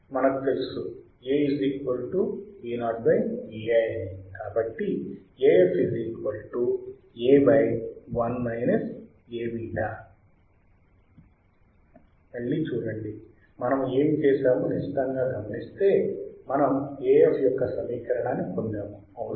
మళ్ళీ చూడండి మనం ఏమి చేసామో నిశితంగా గమనిస్తే మనం Af యొక్క సమీకరణాన్ని పొందాము అవునా